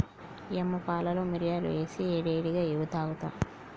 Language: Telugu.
యమ్మ పాలలో మిరియాలు ఏసి ఏడి ఏడిగా ఇవ్వు తాగుత